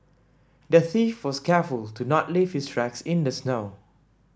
the thief was careful to not leave his tracks in the snow